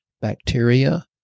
bacteria